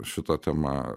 šita tema